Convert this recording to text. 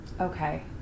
Okay